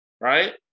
right